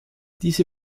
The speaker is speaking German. diese